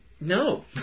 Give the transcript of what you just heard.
No